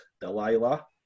Delilah